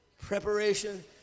Preparation